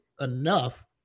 enough